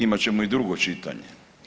Imat ćemo i drugo čitanje.